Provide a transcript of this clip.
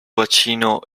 bacino